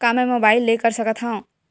का मै मोबाइल ले कर सकत हव?